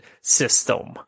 System